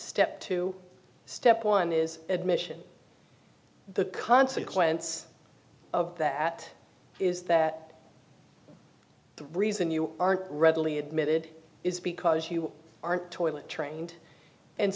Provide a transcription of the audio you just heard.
step two step one is admission the consequence of that is that the reason you aren't readily admitted is because you are toilet trained and